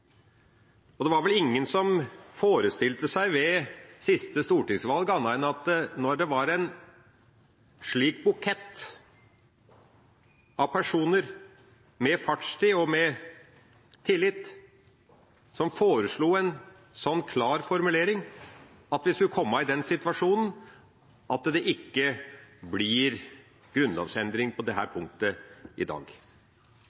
Det var vel ingen som ved siste stortingsvalg forestilte seg annet – når det var en slik bukett av personer med fartstid og med tillit som foreslo en slik klar formulering – enn at vi skulle komme i den situasjonen at det ikke blir grunnlovsendring på dette punktet i dag. Jeg understreker det